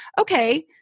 Okay